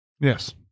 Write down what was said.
yes